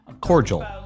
cordial